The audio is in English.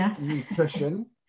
nutrition